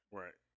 right